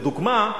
לדוגמה,